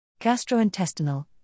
Gastrointestinal